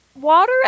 Water